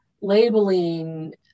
labeling